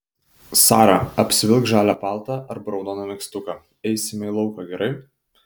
sara apsivilk žalią paltą arba raudoną megztuką eisime į lauką gerai